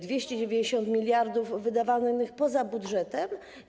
290 mld zł wydanych poza budżetem.